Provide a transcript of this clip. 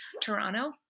Toronto